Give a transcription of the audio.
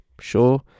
Sure